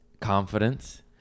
confidence